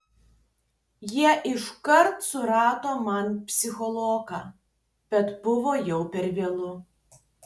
jie iškart surado man psichologą bet buvo jau per vėlu